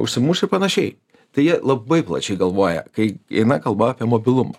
užsimuš ir panašiai tai jie labai plačiai galvoja kai eina kalba apie mobilumą